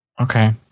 Okay